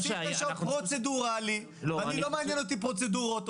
לא מעניין אותי פרוצדורות,